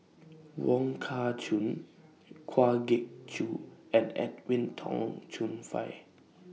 Wong Kah Chun Kwa Geok Choo and Edwin Tong Chun Fai